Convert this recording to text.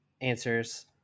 answers